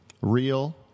real